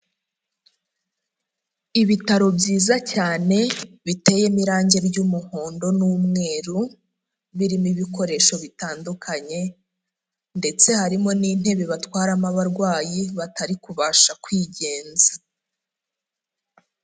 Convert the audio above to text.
Ibitaro byiza cyane biteyemo irangi ry'umuhondo n'umweru, birimo ibikoresho bitandukanye ndetse harimo n'intebe batwaramo abarwayi batari kubasha kwigenza.